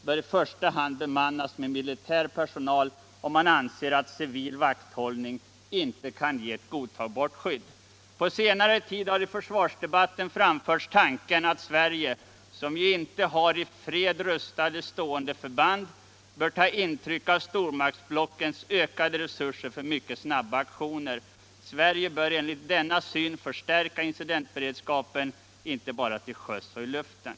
bör i första — Nr 23 hand bemannas med militär personal om man anser att civil vakthållning Onsdagen den inte kan ge ett godtagbart skydd. På senare tid har i försvarsdebatien 10 november 1976 framförts tanken att Sverige, som ju inte har i fred rustade stående förband, bör ta intryck av stormaktsblockens ökade resurser för mycket - Bevakningen av snabba aktioner. Sverige bör enligt denna syn förstärka incidentbered — Stockholms slott, skapen inte bara till sjöss och i luften.